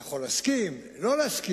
אתה יכול להסכים, לא להסכים,